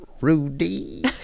Rudy